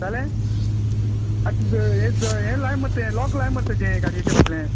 जालें आतां ये लाय मरे तें लॉक लाय मरे तेजें गाडयेचें फाटलें